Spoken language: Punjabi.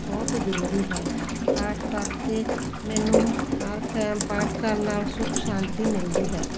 ਬਹੁਤ ਜ਼ਰੂਰੀ ਹੈ ਪਾਠ ਕਰਕੇ ਮੈਨੂੰ ਹਰ ਟਾਈਮ ਪਾਠ ਕਰਨ ਨਾਲ ਸੁੱਖ ਸ਼ਾਂਤੀ ਮਿਲਦੀ ਹੈ